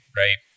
right